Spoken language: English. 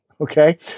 okay